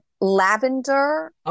lavender